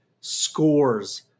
scores